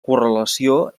correlació